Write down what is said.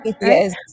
Yes